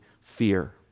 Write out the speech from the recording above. fear